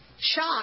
Shock